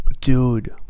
Dude